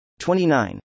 29